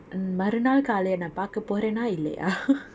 மறுநாள் காலையை நா பார்க்க போறேனா இல்லையா:marunaal kaalaiyai naa paarkaporena illaiyaa